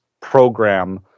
program